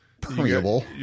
permeable